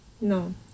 No